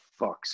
fucks